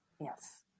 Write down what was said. Yes